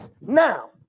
now